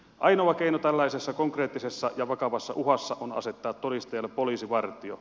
ainoa keino tällaisessa konkreettisessa ja vakavassa uhassa on asettaa todistajalle poliisivartio